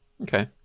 Okay